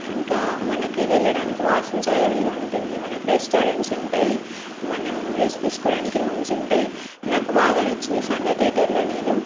ఇంకా మనకి వెళ్ళడానికి వాష్రూమ్స్ అవైలబుల్గా ఉంటుంది మనకి రెస్టారెంట్స్ ఉంటాయి మనం రెస్ట్ తీసుకోవడానికి రూమ్స్ ఉంటాయి నాకు బాగా నచ్చింది సంధ్య థియేటర్లో నేను